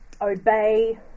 obey